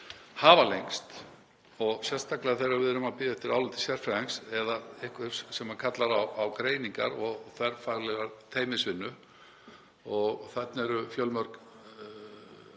hafa lengst og sérstaklega þegar við erum að bíða eftir áliti sérfræðings eða einhvers sem kallar á greiningar og þverfaglega teymisvinnu. Þarna eru fjölmörg